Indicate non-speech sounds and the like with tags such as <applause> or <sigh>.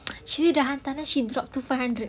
<noise> she say the hantaran she drop to five hundred